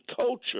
culture